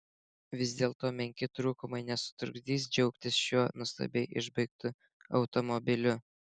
vis dėlto menki trūkumai nesutrukdys džiaugtis šiuo nuostabiai išbaigtu automobiliu